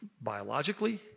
biologically